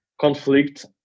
conflict